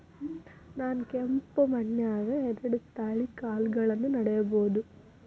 ನಾನ್ ಕೆಂಪ್ ಮಣ್ಣನ್ಯಾಗ್ ಎರಡ್ ತಳಿ ಕಾಳ್ಗಳನ್ನು ನೆಡಬೋದ?